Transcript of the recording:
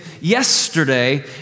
yesterday